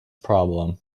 problem